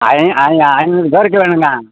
ஐந்நூறு பேருக்கு வேணுங்க